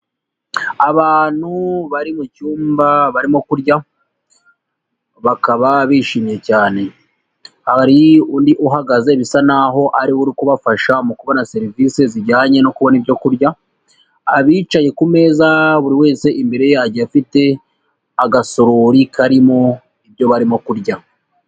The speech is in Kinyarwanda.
Abantu bari mu cyumba barimo kurya, bakaba bishimye cyane. Hari undi uhagaze bisa naho ari we uri kubafasha mu kubona serivisi zijyanye no kubona ibyo kurya, abicaye ku meza buri wese imbere ye agiye afite agasorori karimo ibyo barimo kurya.